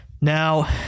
Now